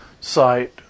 site